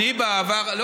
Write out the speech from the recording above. אני בעבר, הוא סיים לדבר.